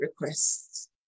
requests